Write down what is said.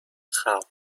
خلق